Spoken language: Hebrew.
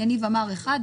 יניב אמר אחד,